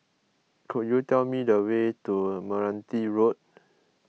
could you tell me the way to Meranti Road